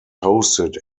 hosted